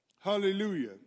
Hallelujah